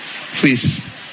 Please